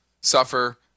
suffer